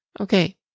Okay